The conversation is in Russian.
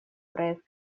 проект